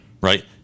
right